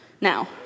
now